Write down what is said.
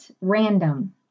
random